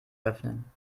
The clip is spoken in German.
öffnen